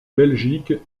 belgique